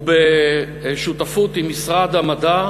ובשותפות עם משרד המדע,